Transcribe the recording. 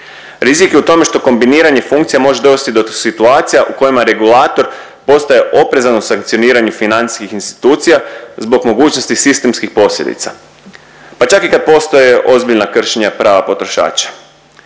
Rizik je u tome što kombiniranje funkcija može dovesti do situacija u kojima regulator postaje oprezan u sankcioniranju financijskih institucija zbog mogućnosti sistemskih posljedica, pa čak i kad postoje ozbiljna kršenja prava potrošača.